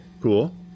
cool